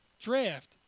draft